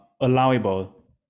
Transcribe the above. allowable